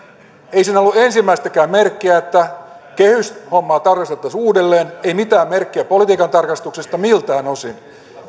ei siinä ollut ensimmäistäkään merkkiä että kehyshommaa tarkasteltaisiin uudelleen ei mitään merkkiä politiikan tarkastuksesta miltään osin